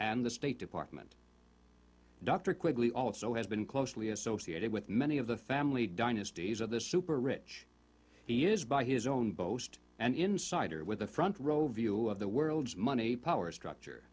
and the state department doctor quickly also has been closely associated with many of the family dynasties of the super rich he is by his own boast an insider with a front row view of the world's money power structure